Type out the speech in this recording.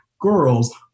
girls